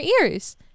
ears